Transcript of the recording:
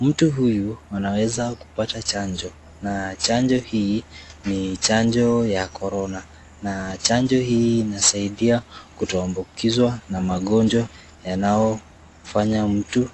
Mtu huyu anaweza kupata chanjo na chanjo hii ni chanjo ya Corona na chanjo hii inasaidia kutoambukizwa na magonjwa yanayofanya mtu